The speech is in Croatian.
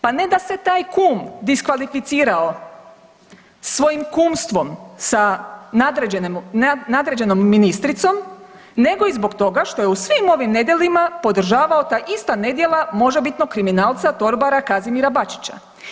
Pa ne da se taj kum diskvalificirao svojim kumstvom sa nadređenim, nadređenom ministricom nego i zbog toga što je u svim ovim nedjelima podržavao ta ista nedjela možebitnog kriminalca, torbara Kazimira Bačića.